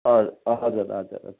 अँ हजुर हजुर हजुर